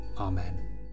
Amen